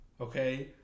Okay